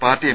party M